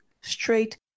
straight